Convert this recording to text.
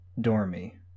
Dormy